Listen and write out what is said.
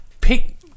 Pick